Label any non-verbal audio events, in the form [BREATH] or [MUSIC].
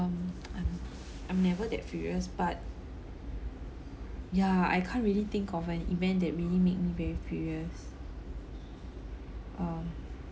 um um [BREATH] I'm never that furious but yeah I can't really think of an event that really made me very furious uh